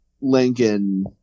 Lincoln